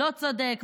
לא צודק,